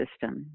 system